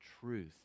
truth